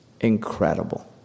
incredible